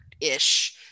ish